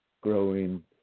growing